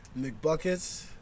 McBuckets